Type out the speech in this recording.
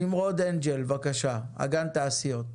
נמרוד אנגל, אגן תעשיות בע"מ,